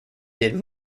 did